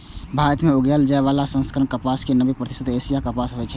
भारत मे उगाएल जाइ बला संकर कपास के नब्बे प्रतिशत एशियाई कपास होइ छै